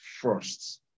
first